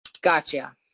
Gotcha